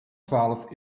twaalf